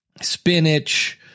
spinach